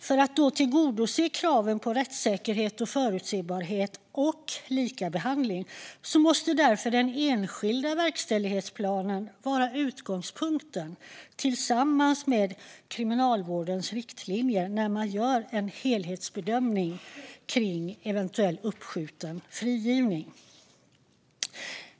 För att tillgodose kraven på rättssäkerhet, förutsebarhet och likabehandling måste därför den enskilda verkställighetsplanen vara utgångspunkten, tillsammans med Kriminalvårdens riktlinjer, när en helhetsbedömning görs om eventuell uppskjuten villkorlig frigivning.